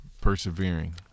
persevering